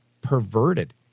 perverted